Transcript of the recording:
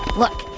look.